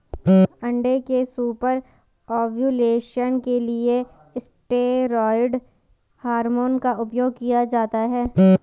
अंडे के super ovulation के लिए स्टेरॉयड हार्मोन का उपयोग किया जाता है